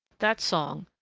that song,